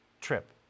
trip